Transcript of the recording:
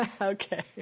Okay